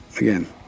again